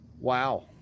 Wow